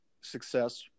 success